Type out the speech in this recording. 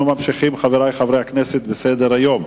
אנחנו ממשיכים, חברי חברי הכנסת, בסדר-היום.